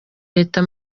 leta